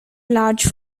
large